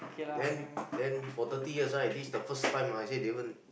then then for thirty years right this is the first time ah I say Davon